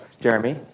Jeremy